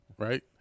Right